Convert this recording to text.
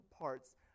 parts